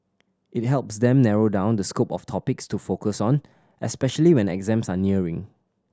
it helps them narrow down the scope of topics to focus on especially when exams are nearing